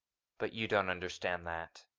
but you don't understand that.